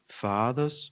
fathers